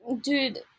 Dude